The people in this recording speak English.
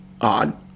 odd